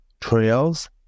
trails